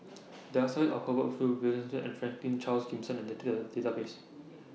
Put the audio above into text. There Are stories about Hubert Hill and Franklin Charles Gimson in The Data Database